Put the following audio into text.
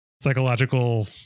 psychological